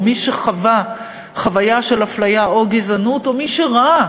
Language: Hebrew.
או מי שחווה חוויה של אפליה או גזענות או מי שראה